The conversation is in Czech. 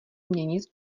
měnit